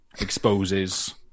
exposes